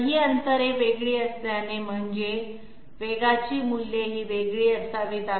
पण ही अंतरे वेगळी असल्याने म्हणजे वेगाची मूल्ये ही वेगळी असावीत